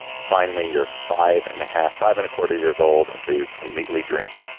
finally, you're five and a half, five and accorded years old until you can legally drink.